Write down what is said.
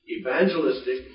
evangelistic